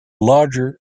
larger